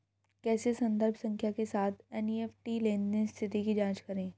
कैसे संदर्भ संख्या के साथ एन.ई.एफ.टी लेनदेन स्थिति की जांच करें?